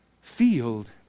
field